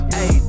Hey